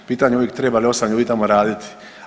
Pitanje je uvijek treba li 8 ljudi tamo raditi?